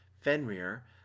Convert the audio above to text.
Fenrir